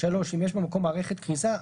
אם יש במקום מערכת כריזה,